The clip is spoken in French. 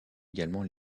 également